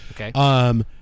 Okay